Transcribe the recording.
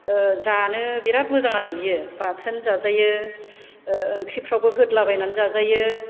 जानो बेराद मोजां आरो बेयो बाथोन जाजायो ओंख्रिफोरावबो होलाबायनानै जाजायो